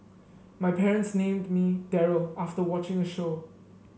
my parents named me Daryl after watching a show